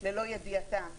לא ידיעתם.